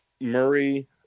Murray